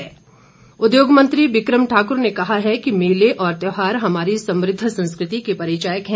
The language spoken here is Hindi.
मेला उद्योग मंत्री बिक्रम ठाकुर ने कहा है कि मेले और त्यौहार हमारी समृद्ध संस्कृति के परिचायक हैं